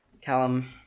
callum